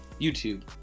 YouTube